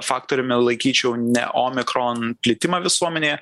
faktoriumi laikyčiau ne omikron plitimą visuomenėje